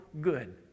good